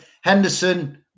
Henderson